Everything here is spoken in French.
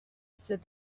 cet